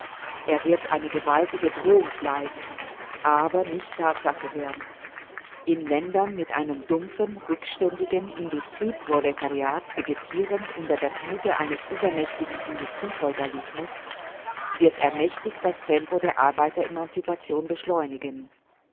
er wird eine gewaltige drohung bleiben aber nicht tatsache werden in ländern mit einem dumpfen rückständigen industrieproletariat vegetierend unter der knute eines übermächtigen industriefeudalismus wird er mächtig das tempo der arbeiteremanzipation beschleunigen